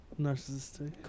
narcissistic